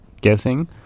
guessing